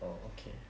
orh okay